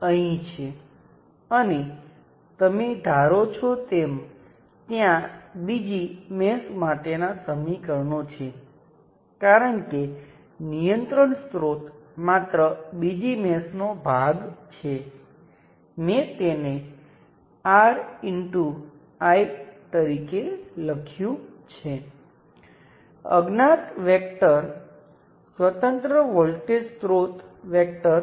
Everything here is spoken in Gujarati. તેના વિશે વિચારવાની બીજી રીત એ છે કે આ સમગ્ર મોટી લીલી સર્કિટમાં કિર્ચોફનો કરંટ નિયમ લાગુ કરો આ સર્કિટમાં અન્ય કોઈ વાયર જતો નથી અને તમામ કરંટનો સરવાળો શૂન્ય હોવો જોઈએ